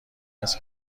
است